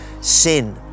sin